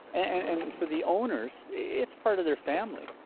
and and for the owners, it's part of their family.